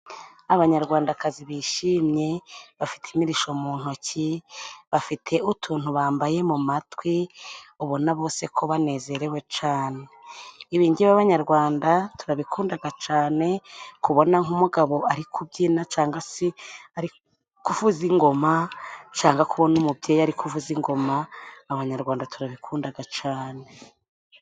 Abanyarwandakazi bishimye bafite imirisho mu ntoki, bafite utuntu bambaye mu matwi ubona bose ko banezerewe cane. Ibi ngibi abanabanyarwanda turabikundaga cane, kubona nk'umugabo ari kubyina cangwa se ari kuvuza ingoma, cangwa kubona umubyeyi ari kuvuza ingoma. Abanyarwanda turabikundaga cane.